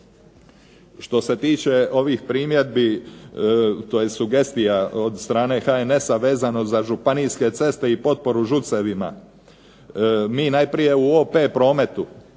Što se tiče ovih primjedbi, tj. sugestija od strane HNS-a vezano za županijske ceste i potporu ŽUC-evima. Mi najprije u OP prometu,